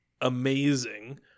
amazing